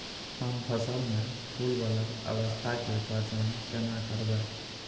हम फसल में फुल वाला अवस्था के पहचान केना करबै?